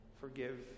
forgive